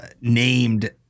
named